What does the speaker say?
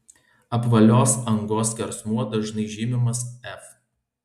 apvalios angos skersmuo dažnai žymimas f